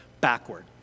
backward